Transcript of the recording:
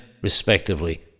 respectively